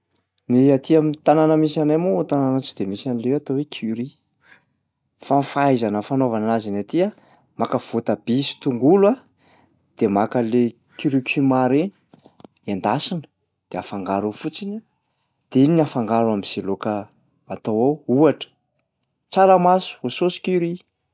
Ny aty am'tanàna misy anay moa tanana tsy de misy an'le hoe atao hoe curry, fa ny fahaizana fanaovana anazy ny aty a: maka voatabia sy tongolo a, de maka an'le curucuma reny. Endasina de afangaro eo fotsiny de iny ny afangaro am'zay laoka atao ao ohatra tsaramaso au sause curry.